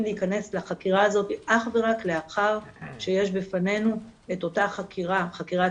להיכנס לחקירה הזאת אך ורק לאחר שיש בפנינו את אותה חקירת